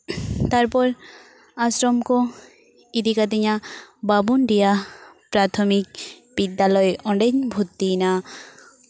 ᱛᱟᱨᱯᱚᱨ ᱟᱥᱨᱚᱢ ᱠᱚ ᱤᱫᱤ ᱠᱟᱹᱫᱤᱧᱟ ᱵᱟᱢᱩᱱᱰᱤᱦᱟ ᱯᱨᱟᱛᱷᱚᱢᱤᱠ ᱵᱤᱫᱽᱫᱟᱞᱚᱭ ᱚᱸᱰᱮᱧ ᱵᱷᱚᱨᱛᱤᱭᱮᱱᱟ